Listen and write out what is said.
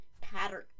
pattern